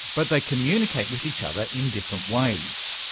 but they communicate with each other in different ways.